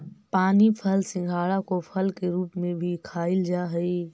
पानी फल सिंघाड़ा को फल के रूप में भी खाईल जा हई